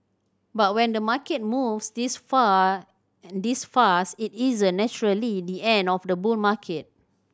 but when the market moves this far and this fast it isn't naturally the end of the bull market